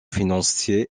financée